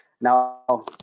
now